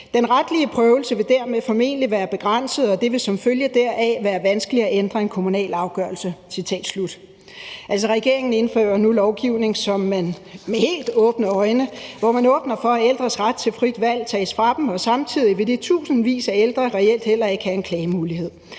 »Den retlige prøvelse vil derved formentlig være begrænset, og det vil som følge deraf være vanskeligt at ændre en kommunal afgørelse.« Regeringen indfører nu lovgivning, hvor man med helt åbne øjne åbner for, at ældres ret til frit valg tages fra dem, og samtidig vil de tusindvis af ældre reelt heller ikke have en klagemulighed.